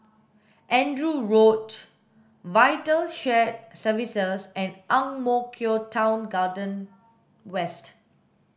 Andrew Road VITAL Shared Services and Ang Mo Kio Town Garden West